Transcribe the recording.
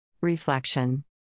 Reflection